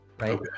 right